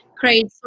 create